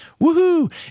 woohoo